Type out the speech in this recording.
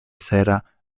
sera